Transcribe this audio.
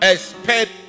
Expect